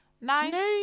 nice